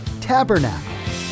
Tabernacle